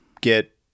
get